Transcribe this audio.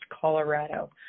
Colorado